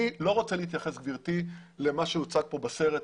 אני לא רוצה להתייחס גברתי למה שהוצג כאן בסרט,